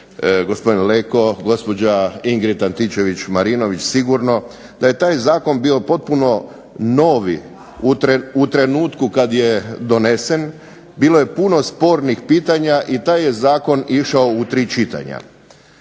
gospodin Leko, gospođa Ingrid Antičević Marinović sigurno da je taj zakon bio potpuno novi u trenutku kad je donesen. Bilo je puno spornih pitanja i taj je zakon išao u tri čitanja.